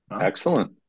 Excellent